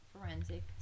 forensic